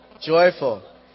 Joyful